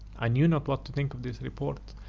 i knew not what to think of this report,